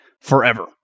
forever